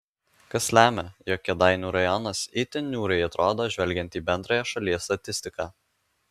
kas lemia jog kėdainių rajonas itin niūriai atrodo žvelgiant į bendrąją šalies statistiką